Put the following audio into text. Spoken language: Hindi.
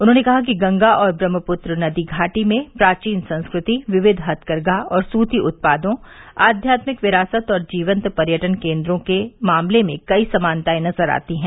उन्होंने कहा कि गंगा और ब्रहमपुत्र नदी घाटी में प्राचीन संस्कृति विविध हथकरघा और सुती उत्पादों आध्यात्मिक विरासत और जीवन्त पर्यटन केन्द्रों के मामले में कई समानताए नज़र आती है